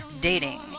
dating